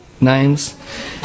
names